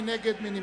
מי נגד?